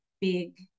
big